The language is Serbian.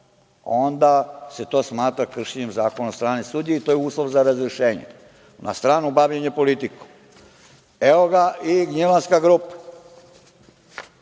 onda se to smatra kršenjem zakona od strane sudije i to je uslov za razrešenje. Na stranu bavljenjem politikom. Evo je i Gnjilanska grupa.